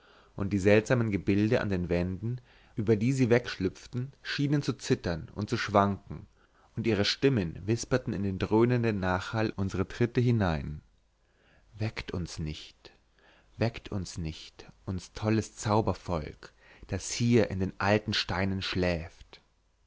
und die seltsamen gebilde an den wänden über die sie wegschlüpften schienen zu zittern und zu schwanken und ihre stimmen wisperten in den dröhnenden nachhall unserer tritte hinein weckt uns nicht weckt uns nicht uns tolles zaubervolk das hier in den alten steinen schläft